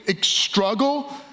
struggle